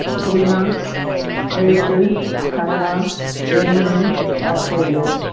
China Brazil Canada Germany Australia